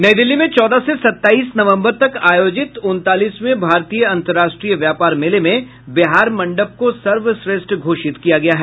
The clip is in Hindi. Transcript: नई दिल्ली में चौदह से सताईस नवम्बर तक आयोजित उनतालीसवें भारतीय अंतर्राष्ट्रीय व्यापार मेले में बिहार मंडप को सर्वश्रेष्ठ घोषित किया गया है